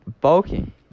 bulking